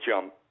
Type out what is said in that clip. jump